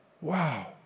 wow